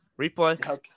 Replay